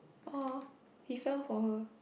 uh he fell for her